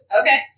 okay